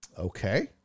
Okay